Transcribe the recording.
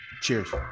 Cheers